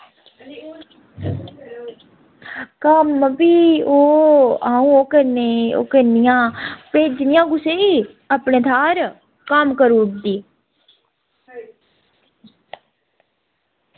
कम्म फ्ही ओह् अ'ऊं ओह् करने ओह् करनी आं भेजनी आं कुसै गी अपने थाह्र कम्म करूड़दी